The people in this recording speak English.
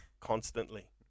constantly